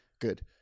Good